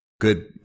good